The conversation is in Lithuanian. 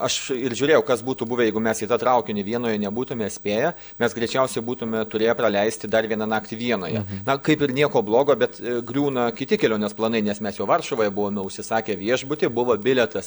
aš ir žiūrėjau kas būtų buvę jeigu mes į tą traukinį vienoje nebūtume spėję mes greičiausiai būtume turėję praleisti dar vieną naktį vienoje na kaip ir nieko blogo bet griūna kiti kelionės planai nes mes jau varšuvoje buvome užsisakę viešbutį buvo bilietas